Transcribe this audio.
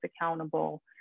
accountable